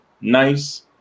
nice